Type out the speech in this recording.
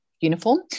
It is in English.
uniform